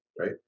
right